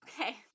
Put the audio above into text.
Okay